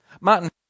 Martin